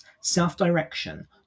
self-direction